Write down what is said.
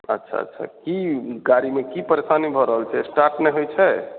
अच्छा अच्छा की गाड़ीमे की परेशानी भऽ रहल छै स्टार्ट नहि होइ छै